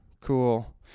Cool